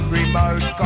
remote